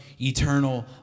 Eternal